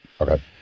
Okay